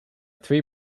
three